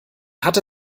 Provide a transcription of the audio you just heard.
hatte